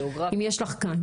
אם יש לך כאן,